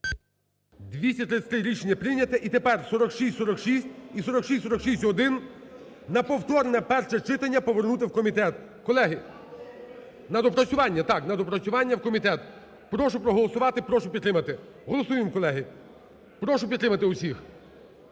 За-233 Рішення прийнято. І тепер 4646 і 4646-1 на повторне перше читання повернути в комітет. Колеги… На доопрацювання, так. На доопрацювання в комітет. Прошу проголосувати, прошу підтримати. Голосуємо, колеги. Прошу підтримати всіх.